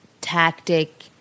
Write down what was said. tactic